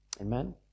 Amen